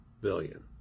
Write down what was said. billion